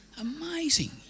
amazing